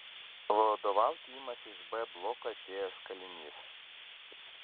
vadovauti imasi iš b bloko atėjęs kalinys